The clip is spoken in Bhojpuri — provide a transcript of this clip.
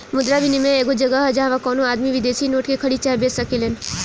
मुद्रा विनियम एगो जगह ह जाहवा कवनो आदमी विदेशी नोट के खरीद चाहे बेच सकेलेन